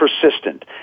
persistent